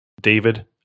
David